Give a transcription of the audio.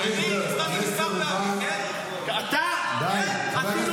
כן, אני הצבעתי